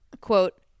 quote